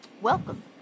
Welcome